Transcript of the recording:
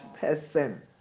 person